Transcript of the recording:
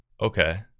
Okay